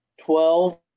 twelve